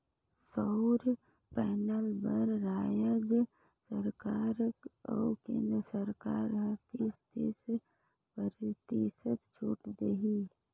सउर पैनल बर रायज सरकार अउ केन्द्र सरकार हर तीस, तीस परतिसत छूत देही